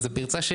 זו פרצה,